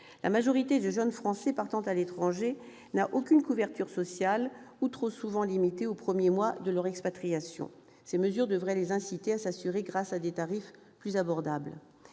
La majorité des jeunes Français partant à l'étranger n'a aucune couverture sociale ou celle-ci est trop souvent limitée aux premiers mois de leur expatriation. Ces mesures devraient les inciter à s'assurer grâce à des tarifs plus abordables.